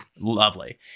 lovely